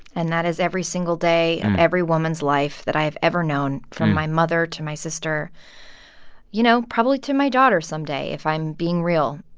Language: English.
and that is every single day of every woman's life that i've ever known from my mother to my sister you know, probably to my daughter someday, if i'm being real.